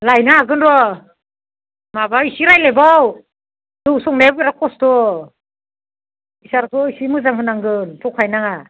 लायनो हागोन र' माबा इसे रायज्लायबाव जौ संनाया बिराद कस्त' फैसाखौ इसे मोजां होनांगोन थगाय नाङा